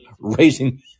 raising